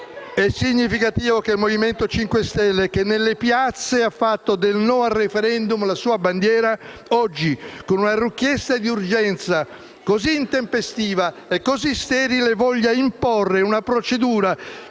È significativo che il Movimento 5 Stelle, che nelle piazze ha fatto del no al *referendum* la sua bandiera, oggi, con una richiesta d'urgenza così intempestiva e così sterile, voglia imporre una procedura